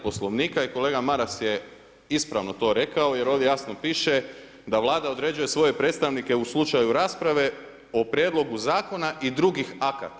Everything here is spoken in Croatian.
Poslovnika i kolega Maras je ispravno to rekao, jer ovdje jasno piše da Vlada određuje svoje predstavnike u slučaju rasprave o prijedlogu zakona i drugih akata.